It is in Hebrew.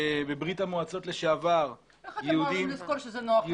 בברית המועצות לשעבר -- איך אתם אוהבים לזכור כשזה נוח לכם?